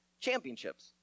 championships